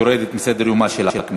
45. הצעת החוק יורדת מסדר-יומה של הכנסת.